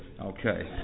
okay